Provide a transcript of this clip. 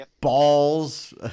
balls